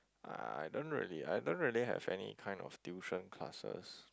I don't really I don't really have any kind of tuition classes